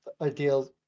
Ideal